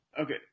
Okay